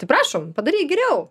tai prašom padaryk geriau